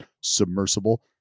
submersible